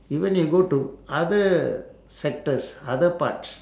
even they go to other sectors other parts